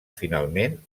finalment